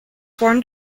form